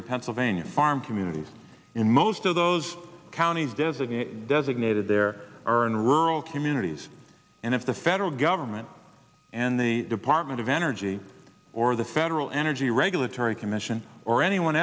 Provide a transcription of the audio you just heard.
in pennsylvania farm communities in most of those counties designated designated there are in rural communities and if the federal government and the department of energy or the federal energy regulatory commission or anyone